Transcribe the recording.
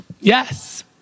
Yes